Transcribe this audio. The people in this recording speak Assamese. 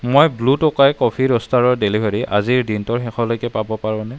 মই ব্লু টোকাই কফি ৰোষ্টাৰৰ ডেলিভাৰী আজিৰ দিনটোৰ শেষলৈকে পাব পাৰোঁনে